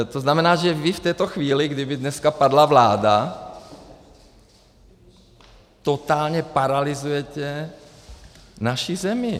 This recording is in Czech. To znamená, že vy v této chvíli, kdyby dneska padla vláda, totálně paralyzujete naši zemi.